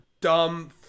dumb